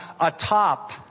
atop